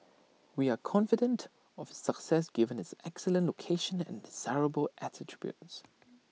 we are confident of its success given its excellent location and desirable attributes